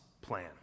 plan